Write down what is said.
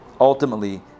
ultimately